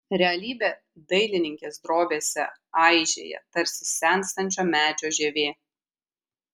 realybė dailininkės drobėse aižėja tarsi senstančio medžio žievė